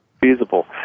feasible